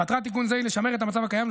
מטרת תיקון זה היא לשמר את המצב הקיים,